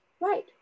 Right